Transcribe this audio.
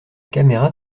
caméra